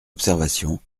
observation